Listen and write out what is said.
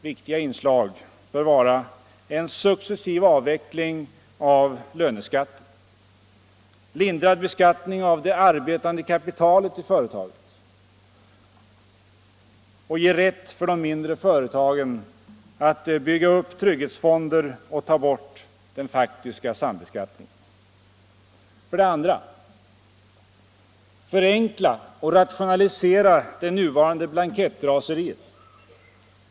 Viktiga inslag bör vara en successiv avveckling av löneskatten, lindrad beskattning av det arbetande kapitalet i företaget, rätt för de mindre företagen att bygga upp trygghetsfonder och borttagande av den faktiska sambeskattningen. 2. Förenkla och rationalisera det nuvarande blankettraseriet.